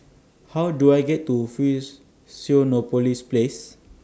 How Do I get to Fusionopolis Place